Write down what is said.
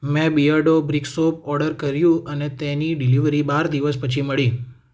મેં Beardo brick soap order કર્યું અને તેની ડિલિવરી બાર દિવસ પછી મળી